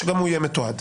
שגם הוא יהיה מתועד.